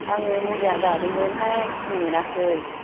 आङो मुलिया जादोंमोनहाय सिन मोनाखै